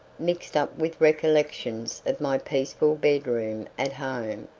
mixed up with recollections of my peaceful bed-room at home,